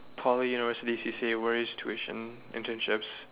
poly university C_C_A tuition internships